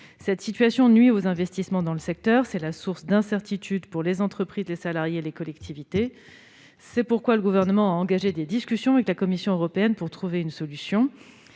Cette situation nuit aux investissements dans le secteur, elle est source d'incertitude pour les entreprises, les salariés et les collectivités. C'est pourquoi le Gouvernement a engagé des discussions avec la Commission européenne pour trouver une solution.